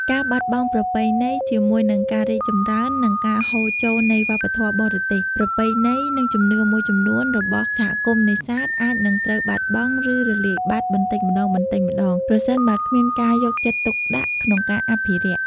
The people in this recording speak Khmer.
ការបាត់បង់ប្រពៃណី ជាមួយនឹងការរីកចម្រើន និងការហូរចូលនៃវប្បធម៌បរទេស ប្រពៃណី និងជំនឿមួយចំនួនរបស់សហគមន៍នេសាទអាចនឹងត្រូវ បាត់បង់ ឬរលាយបាត់ បន្តិចម្តងៗ ប្រសិនបើគ្មានការយកចិត្តទុកដាក់ក្នុងការអភិរក្ស។